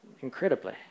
incredibly